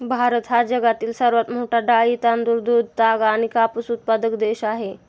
भारत हा जगातील सर्वात मोठा डाळी, तांदूळ, दूध, ताग आणि कापूस उत्पादक देश आहे